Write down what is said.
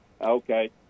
Okay